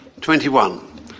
Twenty-one